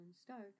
Stark